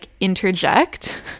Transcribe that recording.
interject